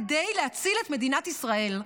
כדי להציל את מדינת ישראל.